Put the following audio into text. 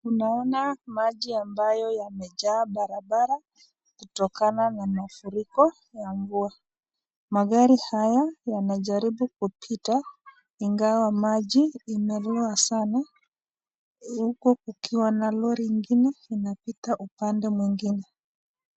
Tunaona maji ambayo yamejaa barabara, kutokana na mafuriko ya mvua. Magari haya yanajaribu kupita, ingawa maji inalowa sana, huku kukiwa na lori ingine inapita upande mwingine.